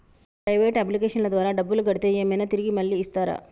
Private అప్లికేషన్ల ద్వారా డబ్బులు కడితే ఏమైనా తిరిగి మళ్ళీ ఇస్తరా?